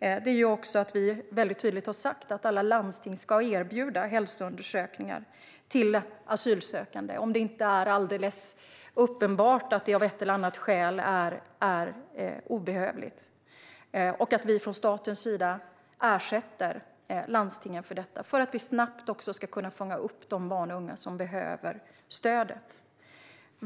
är att vi tydligt har sagt att alla landsting ska erbjuda hälsoundersökningar till asylsökande, om det inte är alldeles uppenbart att det av ett eller annat skäl är obehövligt. Staten ersätter landstingen för detta. Då går det att snabbt fånga upp de barn och unga som behöver stöd.